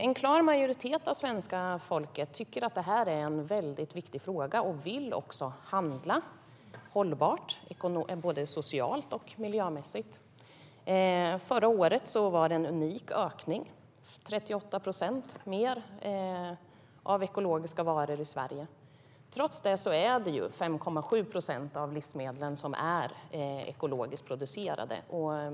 En klar majoritet av svenska folket tycker att det är en viktig fråga och vill också handla hållbart, både socialt och miljömässigt. Förra året var det en unik ökning: 38 procent mer av ekologiska varor i Sverige. Trots det är det bara 5,7 procent av livsmedlen som är ekologiskt producerade.